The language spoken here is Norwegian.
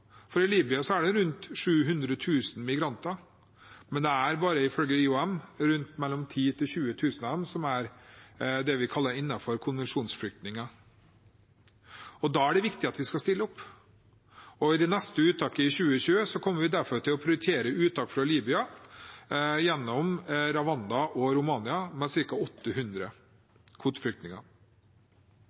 I Libya er det rundt 700 000 migranter, men det er bare, ifølge IOM, mellom 10 000 og 20 000 av dem som er det vi kaller konvensjonsflyktninger, og da er det viktig at vi skal stille opp. I det neste uttaket i 2020 kommer vi derfor til å prioritere uttak fra Libya gjennom Rwanda og Romania med ca. 800